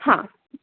हां